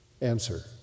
Answer